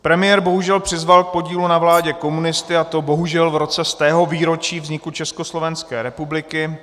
Premiér bohužel přizval k podílu na vládě komunisty, a to bohužel v roce stého výročí vzniku Československé republiky.